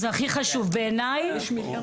זה הכי חשוב, בעיניי.